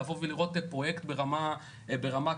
לבוא ולראות פרוייקט ברמה כזאת,